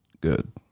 good